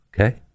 Okay